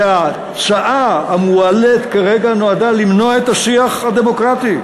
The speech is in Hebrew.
שההצעה המועלית כרגע נועדה למנוע את השיח הדמוקרטי.